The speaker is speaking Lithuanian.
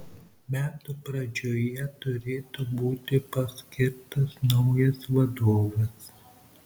metų pradžioje turėtų būti paskirtas naujas vadovas